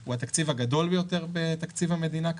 הוא התקציב הגדול ביותר בתקציב המדינה כיום.